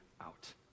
out